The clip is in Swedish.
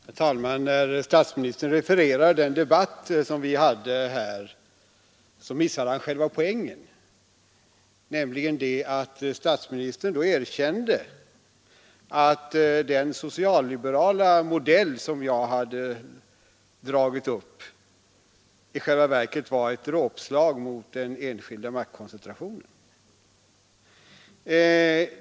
Herr talman! När statsministern refererade den debatt vi hade för några år sedan, missade han själva poängen. Statsministern erkände att den socialliberala modell som jag hade dragit upp i själva verket var ett dråpslag mot den enskilda maktkoncentrationen.